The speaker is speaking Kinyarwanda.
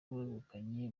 wegukanye